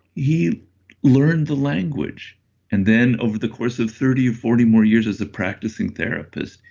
he learned the language and then over the course of thirty or forty more years as a practicing therapist,